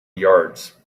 yards